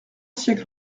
siècle